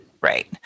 Right